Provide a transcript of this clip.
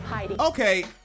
Okay